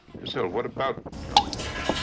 caselle, what about california?